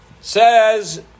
Says